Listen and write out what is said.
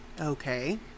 Okay